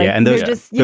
and there's just yeah